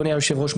אדוני היושב-ראש,